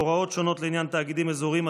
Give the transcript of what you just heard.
הוראות שונות לעניין תאגידים אזוריים),